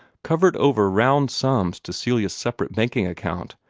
covered over round sums to celia's separate banking account,